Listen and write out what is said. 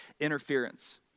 interference